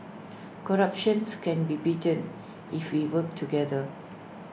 corruptions can be beaten if we work together